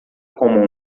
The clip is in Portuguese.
como